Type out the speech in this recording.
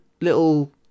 little